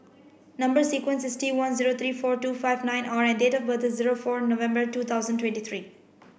number sequence is T one zero three four two five nine R and date of birth is zero four November two thousand twenty three